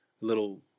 little